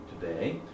Today